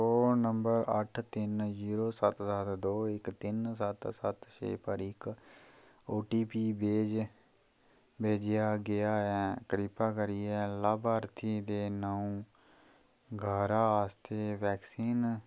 दो नंबर अट्ठ तिन्न जीरो सत्त सत्त दो इक तिन्न सत्त सत्त छे पर इक ओ टी पी भेज भेजेआ गेआ ऐ किरपा करियै लाभार्थियें दे नांऽ घरा आस्तै वैक्सीन